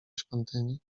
świątyni